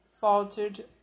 faltered